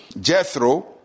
Jethro